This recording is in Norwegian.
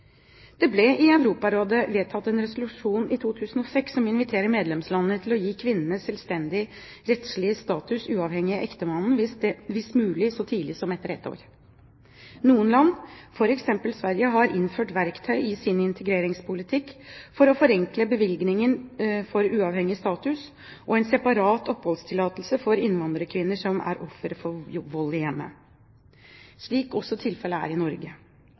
Det ble i Europarådet vedtatt en resolusjon i 2006 som inviterer medlemslandene til å gi kvinnene selvstendig rettslig status uavhengig av ektemannens, hvis mulig så tidlig som etter ett år. Noen land, f.eks. Sverige, har innført verktøy i sin integreringspolitikk for å forenkle bevilgningen for uavhengig status og en separat oppholdstillatelse for innvandrerkvinner som er offer for vold i hjemmet, slik også tilfellet er i Norge.